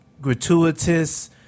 gratuitous